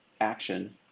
action